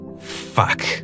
Fuck